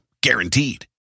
Guaranteed